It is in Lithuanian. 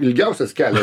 ilgiausias kelias